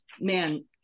man